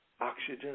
oxygen